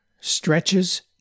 stretches